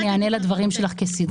אענה לדברים שלך כסדרם.